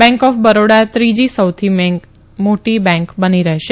bank of Baroda ત્રીજી સૌથી મોટી બેન્ક રહેશે